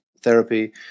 therapy